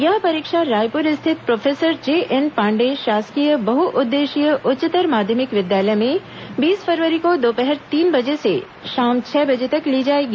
यह परीक्षा रायपुर स्थित प्रोफेसर जेएन पांडेय शासकीय बहुउद्देशीय उच्चतर माध्यमिक विद्यालय में बीस फरवरी को दोपहर तीन बजे से शाम छह बजे तक ली जाएगी